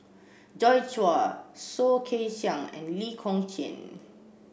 Joi Chua Soh Kay Siang and Lee Kong Chian